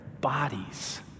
bodies